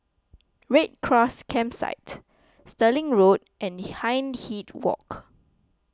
Red Cross Campsite Stirling Road and Hindhede Walk